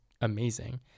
amazing